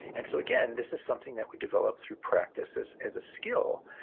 and so again, this is something that we develop through practice as as a skill.